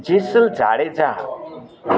Jesal Jadeja